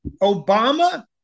Obama